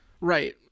right